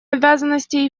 обязанностей